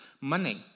money